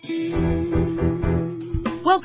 Welcome